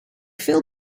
veel